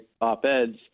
op-eds